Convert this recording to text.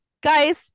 Guys